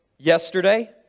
Yesterday